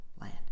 land